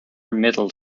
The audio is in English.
middle